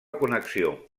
connexió